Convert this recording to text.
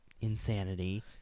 insanity